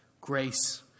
grace